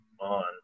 on